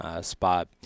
spot